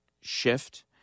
shift